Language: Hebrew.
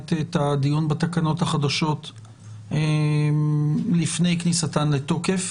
את הדיון בתקנות החדשות לפני כניסתן לתוקף.